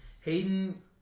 Hayden